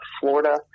Florida